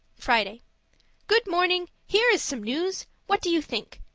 friday good morning! here is some news! what do you think?